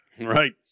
Right